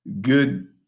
good